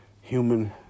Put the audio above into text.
human